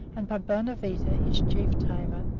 and by bonavita, his chief tamer,